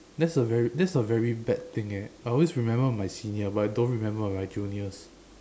that's a very that's a very bad thing eh I always remember my senior but I don't remember my juniors